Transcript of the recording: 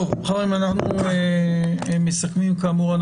טוב חברים אנחנו מסכמים כאמור,